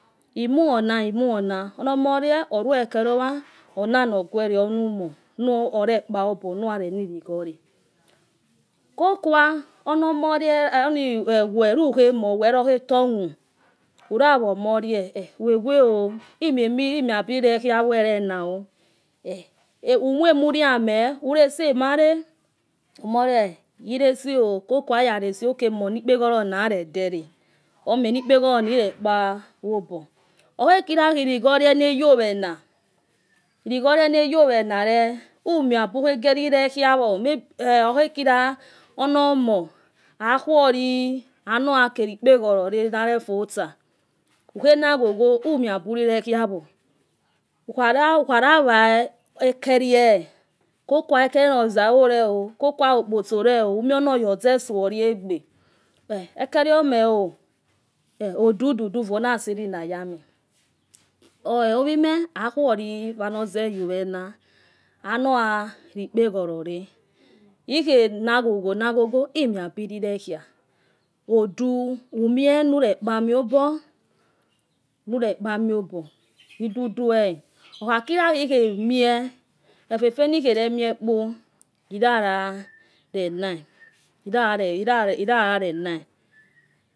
Imona imona, ono. omor lis olowa onano guere onumor. urekpa obo onuyareni i likho le kokua weluhemir. weluhetoma urawa omolie. gwe gwe o. imiabirekhia wo elena o. umuamuroame ucese malt omoladi elese o. kokua. iwaleze o. oyamoni ikpoholor na. garedele. eni ikpeholor na erekpa oh obo. okhokila uikho lie. noyo. owena. iilikhoue na yo. owena le umoabukhegerirekhiwo, okhekila ono omo akhuoli onoyakelo ekpeholor renarefotsa. ukhenagho umiaburire kwawo. urawa ekelie kokua ekewe ozarvole o. kekua. opotso leo. onoga ozesklia egbe. ekeliomoh o. odudu. uuona. asilinayame. ovie me akuoua anoze yowena. anoya. re ekpeholor re. ikhena. geogho na guo guo imia biriwokiawo odu umie nurekpamo obo idudue. okhakilawi khomie efe efe nikhoremia iyayarena.